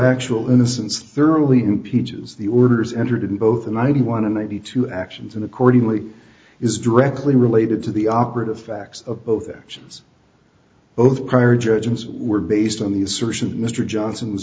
actual innocence thoroughly impeaches the orders entered in both the ninety one and ninety two actions and accordingly is directly related to the operative facts of both actions both prior judgments were based on the assertion that mr johnson was